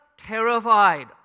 terrified